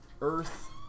Earth